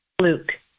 Luke